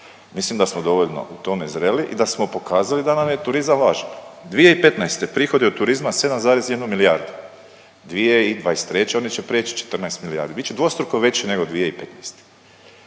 Mislim da smo dovoljno u tome zreli i da smo pokazali da nam je turizam važan. 2015., prihodi od turizma 7,1 milijardu. 2023., oni će preći 14 milijardi, bit će dvostruko veći nego 2015.